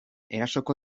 erasoko